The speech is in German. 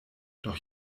doch